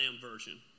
version